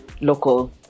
local